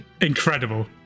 Incredible